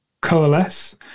coalesce